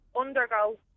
Undergo